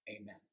amen